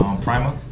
Primer